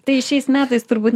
tai šiais metais turbūt